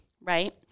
Right